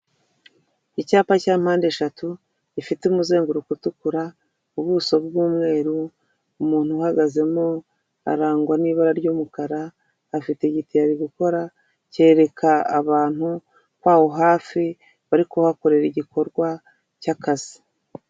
Icyapa cya mpande eshatu gifite umuzenguruko utukura, ubuso bw'umweru, umuntu uhagazemo arangwa n'ibara ry'umukara, afite igitiyo ari gukora cyereka abantu kko aho hafi bari kuhakorera igikorwa cy'akazi.